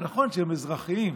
נכון שהם אזרחיים,